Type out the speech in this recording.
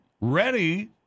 Ready